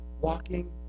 walking